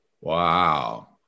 Wow